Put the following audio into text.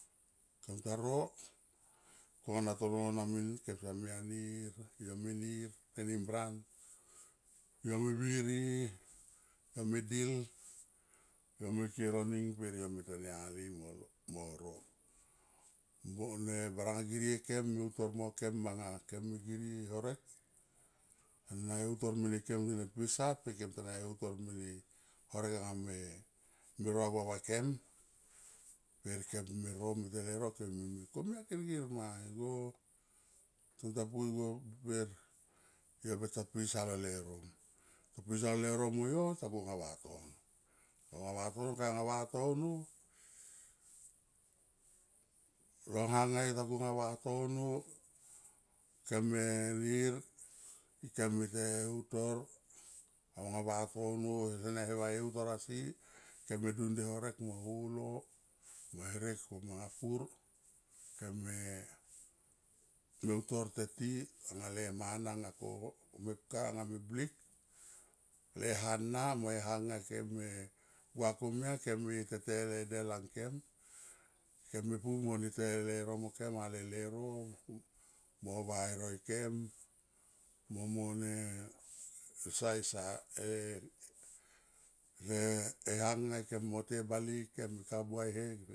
Kem ta ro ko na toro na min kem somia nir yo me nir tenim ran yo me viri yo medil yo me ki e roning per yo me ntania li mo ro. Mo ne baranga girie kem me utor mo kem manga kem me girie horek na e hueutor mene kem ena pisa pe kem ta na e heutor mene horek anga me, me ro va anga va kem per kem pu me ron mete leuro kem me mil komia kirkir ma igo kem ta pu igo per yo beta piso lo leuro ta pisa lo leuro mo yo ta go anga vatono ta go nga vatono ok anga vatono long ha nga yo ta go nga vatono. Kem me nir ikem me te utor aunga vatono kese ne va e utor asi kem me dun de horek mo holo mo horek mo manga kur kem me utor te ti anga le mana nga ko mepka mo anga meblik le ha, na mo e hanga kem me gua komia kem me ete te le del angkem kem me pu mo te e leuro mo kem ale leuro o mo vae roikem mo mone esa, esa e le he hanga kem mo te e bale ngkem kabua he.